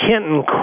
Kenton